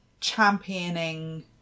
championing